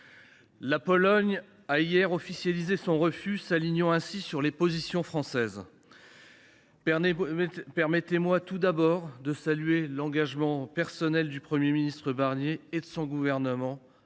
La Pologne a hier officialisé son opposition à cet accord, s’alignant ainsi sur les positions françaises. Permettez moi tout d’abord de saluer l’engagement personnel du Premier ministre Michel Barnier et de son gouvernement,